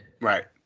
Right